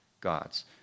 gods